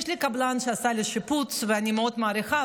יש לי קבלן שעשה לי שיפוץ, ואני מאוד מעריכה.